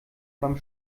beim